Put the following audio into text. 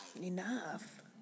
Enough